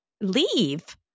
leave